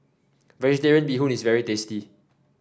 vegetarian Bee Hoon is very tasty